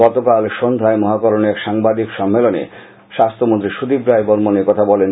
গতকাল সন্ধ্যায় মহাকরণে এক সাংবাদিক সম্মেলনে স্বাস্যমন্ত্রী সুদীপ রায় বর্মন একথা বলেন